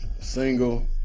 single